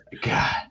God